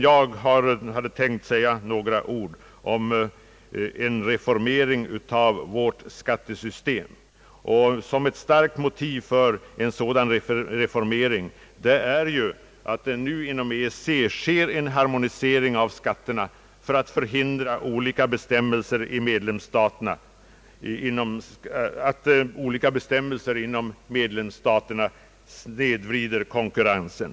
Jag hade tänkt säga några ord om en reformering av vårt skattesystem, men debatten har i det närmaste redan uttömt detta ämne, Låt mig bara säga att ett starkt motiv för att reformera skattesystemet är ju att det nu inom EEC sker en harmonisering av skatterna för att förhindra att olika bestämmelser i medlemstaterna snedvrider konkurrensen.